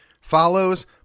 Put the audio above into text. follows